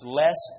less